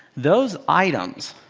those items